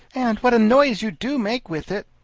and what a noise you do make with it?